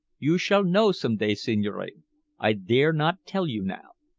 you shall know some day, signore. i dare not tell you now.